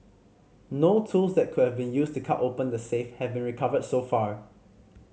no tools that could have been used to cut open the safe have been recovered so far